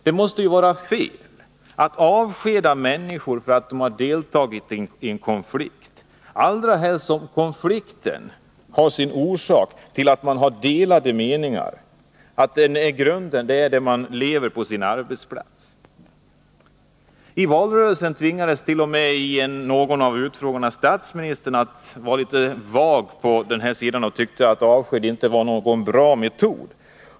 Det måste vara fel att avskeda människor för att de har deltagit i en konflikt, allra helst som konflikten har sin orsak i de förhållanden som man lever under på arbetsplatsen. I valrörelsen 1979 tvingades t.o.m. statsministern i någon av utfrågningarna att vara litet vag på denna punkt. Han tyckte att avsked inte var någon bra metod.